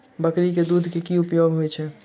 बकरी केँ दुध केँ की उपयोग होइ छै?